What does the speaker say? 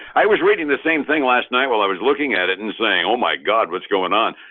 i was reading the same thing last night while i was looking at it and saying oh my god, what's going on?